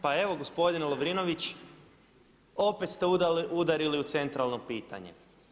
Pa evo gospodine Lovrinović, opet ste udarili u centralno pitanje.